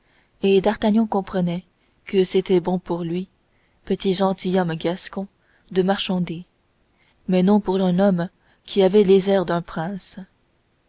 et d'artagnan comprenait que c'était bon pour lui petit gentilhomme gascon de marchander mais non pour un homme qui avait les airs d'un prince